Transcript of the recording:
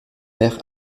mer